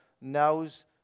knows